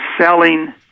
selling